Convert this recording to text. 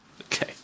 Okay